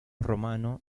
romano